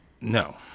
No